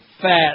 Fat